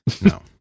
No